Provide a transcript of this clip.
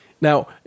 Now